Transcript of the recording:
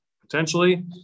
potentially